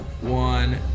One